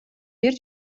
бир